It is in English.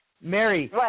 Mary